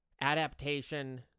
Adaptation